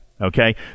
Okay